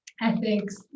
ethics